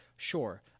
Sure